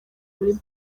muri